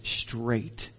straight